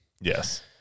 Yes